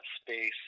space